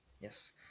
Yes